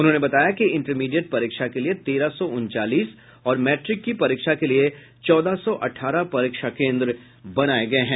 उन्होंने बताया कि इंटरमीडिएट परीक्षा के लिए तेरह सौ उनचालीस और मैट्रिक की परीक्षा के लिए चौदह सौ अठारह परीक्षा केन्द्र बनाये गये हैं